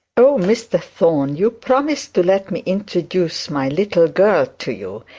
oh, mr thorne, you promised to let me introduce my little girl to you.